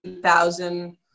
thousand